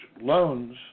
loans